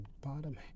bottom